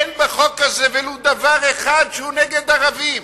אין בחוק הזה ולו דבר אחד שהוא נגד ערבים.